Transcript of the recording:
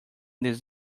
this